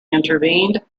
intervened